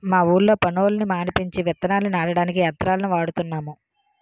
మా ఊళ్ళో పనోళ్ళని మానిపించి విత్తనాల్ని నాటడానికి యంత్రాలను వాడుతున్నాము